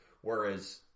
Whereas